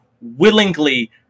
willingly